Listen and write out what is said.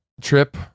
trip